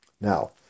Now